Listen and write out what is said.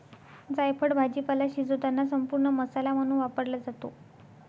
जायफळ भाजीपाला शिजवताना संपूर्ण मसाला म्हणून वापरला जातो